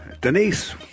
Denise